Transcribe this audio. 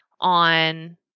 on